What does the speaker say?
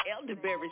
elderberry